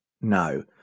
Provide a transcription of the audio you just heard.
No